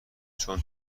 چون